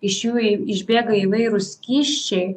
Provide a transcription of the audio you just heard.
iš jų išbėga įvairūs skysčiai